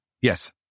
Yes